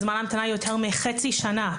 זמני המתנה יותר מחצי שנה.